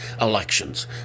elections